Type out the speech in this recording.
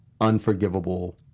unforgivable